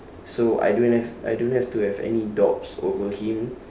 so I don't have I don't have to have any over him